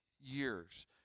years